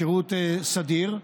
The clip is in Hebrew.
שירות סדיר,